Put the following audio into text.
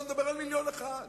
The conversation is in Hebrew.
בוא נדבר על מיליון אחד,